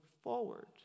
forward